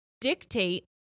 dictate